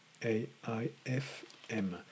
AIFM